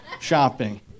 Shopping